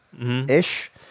ish